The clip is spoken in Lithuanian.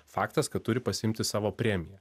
faktas kad turi pasiimti savo premiją